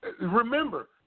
remember